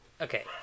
Okay